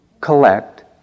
collect